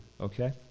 okay